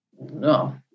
no